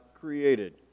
Created